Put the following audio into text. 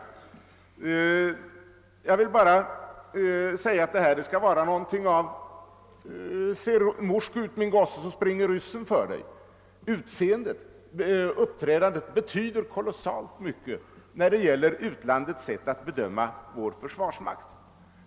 Han har absolut inte någon förståelse för min, som väl delvis innebär någonting av uppmaningen: »Se morsk ut, min gosse, så springer ryssen för dig!» Soldaternas utseende och uppträdande betyder nämligen oerhört mycket när det gäller utlandets sätt att bedöma vår försvarsmakt.